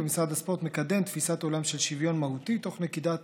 ומשרד הספורט מקדם תפיסת עולם של שוויון מהותי תוך נקיטת